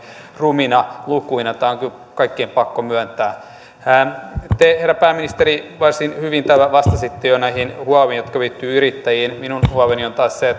rumina lukuina tämä on kyllä kaikkien pakko myöntää te herra pääministeri varsin hyvin täällä vastasitte jo näihin huomioihin jotka liittyvät yrittäjiin minun huoleni on taas se että